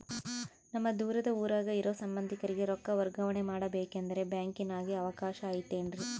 ನಮ್ಮ ದೂರದ ಊರಾಗ ಇರೋ ಸಂಬಂಧಿಕರಿಗೆ ರೊಕ್ಕ ವರ್ಗಾವಣೆ ಮಾಡಬೇಕೆಂದರೆ ಬ್ಯಾಂಕಿನಾಗೆ ಅವಕಾಶ ಐತೇನ್ರಿ?